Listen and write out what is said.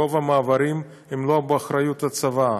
רוב המעברים הם לא באחריות הצבא.